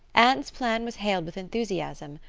anne's plan was hailed with enthusiasm.